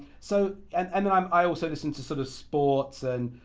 so and and then um i also listen to sort of sports and